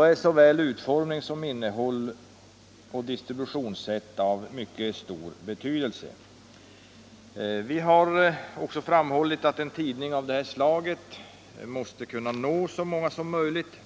är såväl innehåll som utformning och distributionssätt av stor betydelse. Vi har också framhållit att en tidning av detta slag måste kunna nå så många som möjligt.